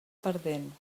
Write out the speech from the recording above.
perdent